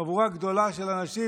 חבורה גדולה של אנשים,